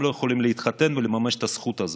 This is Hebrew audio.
הם לא יכולים להתחתן ולממש את הזכות הזאת.